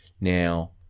Now